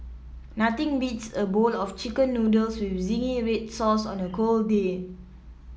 nothing beats a bowl of chicken noodles with zingy red sauce on a cold day